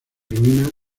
ruina